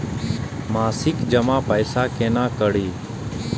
मासिक जमा पैसा केना करी?